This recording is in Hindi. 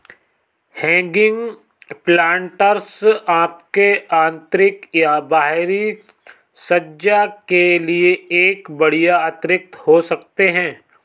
हैगिंग प्लांटर्स आपके आंतरिक या बाहरी सज्जा के लिए एक बढ़िया अतिरिक्त हो सकते है